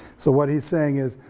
so what he's saying is,